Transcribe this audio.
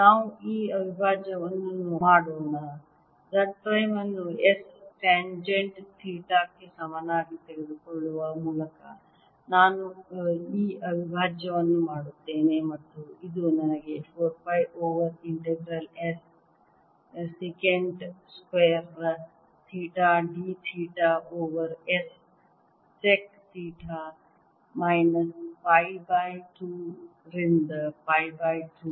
ನಾವು ಈ ಅವಿಭಾಜ್ಯವನ್ನು ಮಾಡೋಣ Z ಪ್ರೈಮ್ ಅನ್ನು S ಟೆನ್ಜೆಂಟ್ ಥೀಟಾ ಕ್ಕೆ ಸಮನಾಗಿ ತೆಗೆದುಕೊಳ್ಳುವ ಮೂಲಕ ನಾನು ಈ ಅವಿಭಾಜ್ಯವನ್ನು ಮಾಡುತ್ತೇನೆ ಮತ್ತು ಇದು ನನಗೆ 4 pi over integral S secant square theta d theta over S sec theta minus pi by 2 ರಿಂದ ಪೈ ಬೈ 2